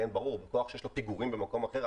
לקוח שיש לו פיגורים במקור אחר,